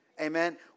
Amen